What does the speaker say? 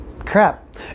Crap